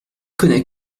connais